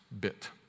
bit